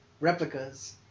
replicas